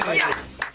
yes.